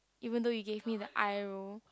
even though you gave me the eye roll